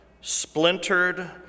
splintered